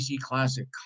Classic